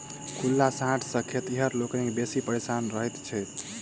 खुल्ला साँढ़ सॅ खेतिहर लोकनि बेसी परेशान रहैत छथि